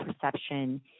perception